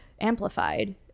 amplified